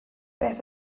beth